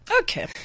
Okay